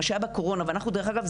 מה שהיה בקורונה ואנחנו' דרך אגב,